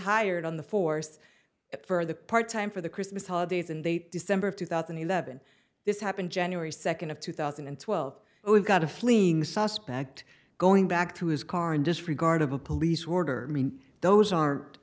hired on the force for the part time for the christmas holidays and eight december of two thousand and eleven this happened january second of two thousand and twelve we've got a fleeing suspect going back to his car in disregard of a police order mean those are